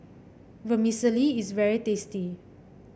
vermicelli is very tasty